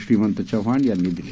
श्रीमंत चव्हाण यांनी दिली